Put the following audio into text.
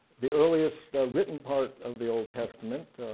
the earliest written part of the old testament,